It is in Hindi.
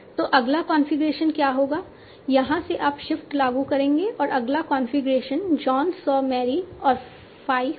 तो अगला कॉन्फ़िगरेशन क्या होगा यहां से आप शिफ्ट लागू करेंगे और अगला कॉन्फ़िगरेशन जॉन सॉ मैरी और फ़ाई होगा